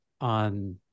on